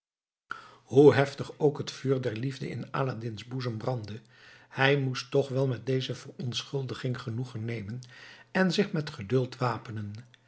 hoe heftig ook het vuur der liefde in aladdin's boezem brandde hij moest toch wel met deze verontschuldiging genoegen nemen en zich met geduld wapenen